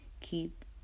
keep